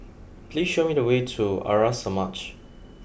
please show me the way to Arya Samaj